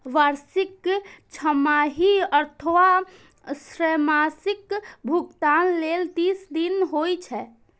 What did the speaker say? वार्षिक, छमाही अथवा त्रैमासिक भुगतान लेल तीस दिन होइ छै